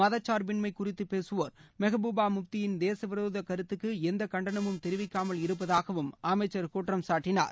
மதச்சார்பின்மை குறித்துப் பேசுவோர் மெகபூபா முப்தியின் தேச விரோத கருத்துக்கு எந்த கண்டனமும் தெரிவிக்காமல் இருப்பதாகவும் அமைச்சர் குற்றம் சாட்டினார்